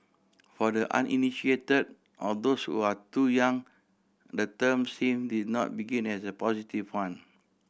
for the uninitiated or those who are too young the term seem did not begin as a positive one